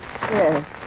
Yes